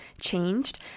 changed